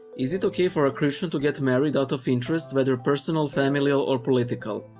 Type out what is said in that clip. is it okay for a christian to get married out of interest, whether personal, familial, or political?